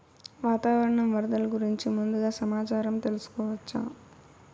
వాతావరణం వరదలు గురించి ముందుగా సమాచారం తెలుసుకోవచ్చా?